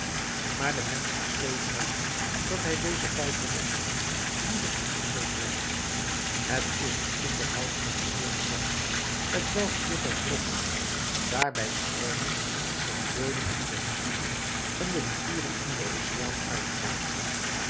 maar de mensch is zoo schrander dat hij deze vijfhonderd millioen liever in de goot werpt het is het onderhoud van het volk zelf t welk hier bij droppels daar bij stroomen onze riolen in de rivieren en de rivieren in den oceaan uitbraken